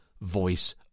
Voice